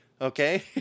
Okay